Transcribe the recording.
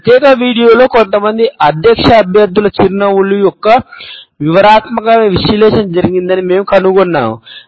ఈ ప్రత్యేక వీడియోలో కొంతమంది అధ్యక్ష అభ్యర్థుల చిరునవ్వుల యొక్క వివరణాత్మక విశ్లేషణ జరిగిందని మేము కనుగొన్నాము